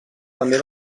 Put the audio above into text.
també